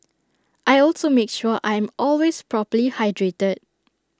I also make sure I am always properly hydrated